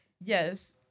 Yes